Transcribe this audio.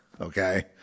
okay